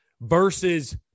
versus